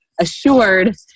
assured